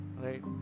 right